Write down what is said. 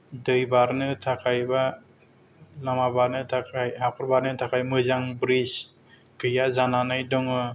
दै बारनो थाखाय बा लामा बारनो थाखाय हाखर बारनो मोजां ब्रिज गैया जानानै दङ